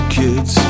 kids